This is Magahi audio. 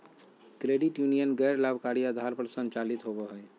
क्रेडिट यूनीयन गैर लाभकारी आधार पर संचालित होबो हइ